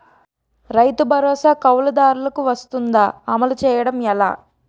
రైతు భరోసా కవులుదారులకు వర్తిస్తుందా? అమలు చేయడం ఎలా